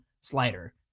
slider